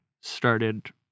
started